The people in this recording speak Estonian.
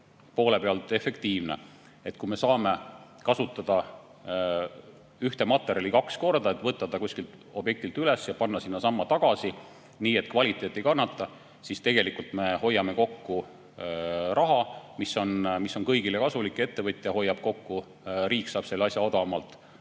poole pealt efektiivne. Kui me saame kasutada ühte materjali kaks korda, võtta ta kuskilt objektilt üles ja panna sinnasamasse tagasi, nii et kvaliteet ei kannata, siis tegelikult me hoiame raha kokku, mis on kõigile kasulik. Ettevõtja hoiab kulusid kokku, ka riik saab selle asja odavamalt